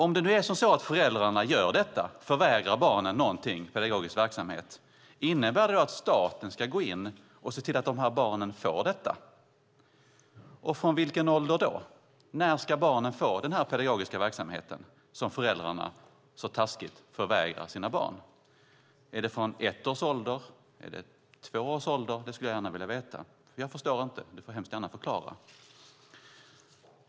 Om det nu är så att föräldrarna gör detta, förvägrar barnen någonting, pedagogisk verksamhet, undrar jag: Innebär det att staten ska gå in och se till att de här barnen får detta? Och från vilken ålder då? När ska barnen få den här pedagogiska verksamheten, som föräldrarna så taskigt förvägrar sina barn? Är det från ett års ålder? Är det från två års ålder? Det skulle jag gärna vilja veta. Jag förstår inte. Du får hemskt gärna förklara.